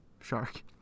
shark